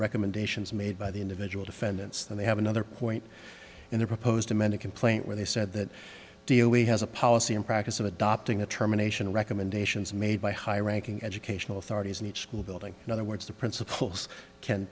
recommendations made by the individual defendants that they have another point in their proposed amended complaint where they said that dio a has a policy in practice of adopting the terminations recommendations made by high ranking educational authorities in each school building in other words the principals can